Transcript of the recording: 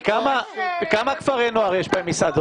--- בכמה כפרי נוער יש מסעדות?